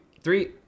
three